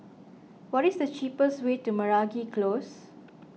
what is the cheapest way to Meragi Close